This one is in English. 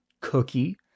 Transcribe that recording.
Cookie